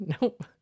nope